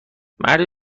مردی